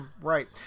Right